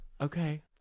okay